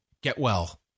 get-well